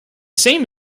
same